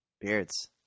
Beards